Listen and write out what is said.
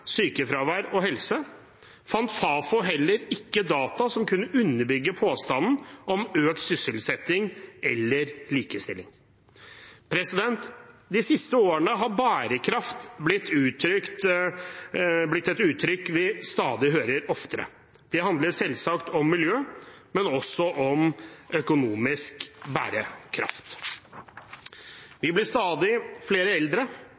sykefravær og helse, fant Fafo heller ikke data som kunne underbygge påstanden om økt sysselsetting eller likestilling. De siste årene har bærekraft blitt et uttrykk vi hører stadig oftere. Det handler selvsagt om miljø, men også om økonomisk bærekraft. Vi blir stadig flere eldre,